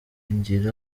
bigira